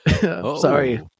Sorry